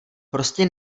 prostě